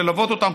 ללוות אותם,